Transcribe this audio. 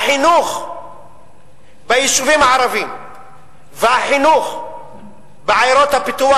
החינוך ביישובים הערביים והחינוך בעיירות הפיתוח